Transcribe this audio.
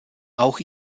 auch